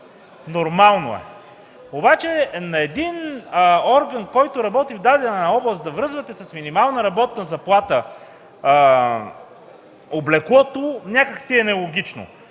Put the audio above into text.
Нормално е. Обаче на един орган, който работи в дадена област, да връзвате с минимална работна заплата облеклото, някак си е нелогично.